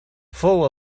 fou